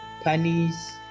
pennies